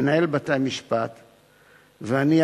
מנהל בתי-המשפט ואני,